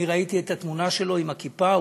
אני ראיתי את התמונה שלו עם הכיפה.